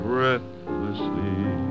Breathlessly